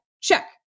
check